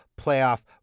playoff